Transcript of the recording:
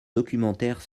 documentaire